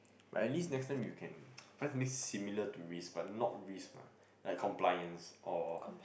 but at least next time you can find something similar to risk but not risk mah like compliance or